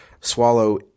Swallow